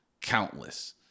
countless